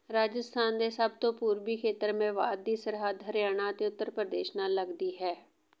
ਰਾਜਸਥਾਨ ਦੇ ਸਭ ਤੋਂ ਪੂਰਬੀ ਖੇਤਰ ਮੇਵਾਤ ਦੀ ਸਰਹੱਦ ਹਰਿਆਣਾ ਅਤੇ ਉੱਤਰ ਪ੍ਰਦੇਸ਼ ਨਾਲ ਲੱਗਦੀ ਹੈ